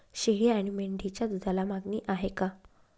शेळी आणि मेंढीच्या दूधाला मागणी आहे का?